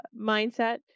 mindset